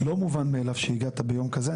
לא מובן מאליו שהגעת ביום כזה.